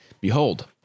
Behold